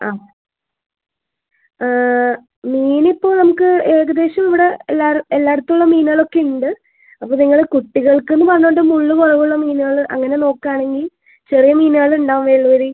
ആ മീൻ ഇപ്പോൾ നമുക്ക് ഏകദേശം ഇവിടെ എല്ലാവരും എല്ലായിടത്തും ഉള്ള മീനുകളൊക്കെയുണ്ട് അപ്പോൾ നിങ്ങൾ കുട്ടികൾക്കെന്ന് പറഞ്ഞത് കൊണ്ട് മുള്ള് കുറവുള്ള മീനുകൾ അങ്ങനെ നോക്കുക ആണെങ്കിൽ ചെറിയ മീനുകളുണ്ടാവും വേളൂരി